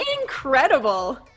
incredible